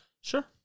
Sure